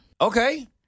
Okay